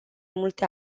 multe